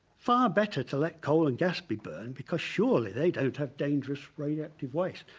far better to let coal and gas be burned because surely they don't have dangerous radioactive waste.